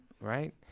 Right